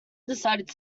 decided